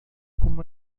como